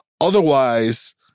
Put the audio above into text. Otherwise